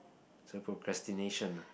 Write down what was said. so procrastination ah